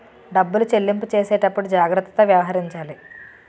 డబ్బులు చెల్లింపు చేసేటప్పుడు జాగ్రత్తతో వ్యవహరించాలి